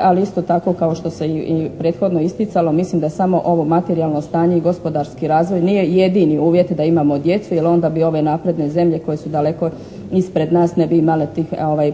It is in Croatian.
ali isto tako kao što se i prethodno isticalo, mislim da samo ovo materijalno stanje i gospodarski razvoj nije jedini uvjet da imamo djecu jer onda bi ove napredne zemlje koje su daleko ispred nas ne bi imale tih